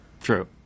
true